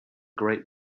great